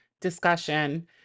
discussion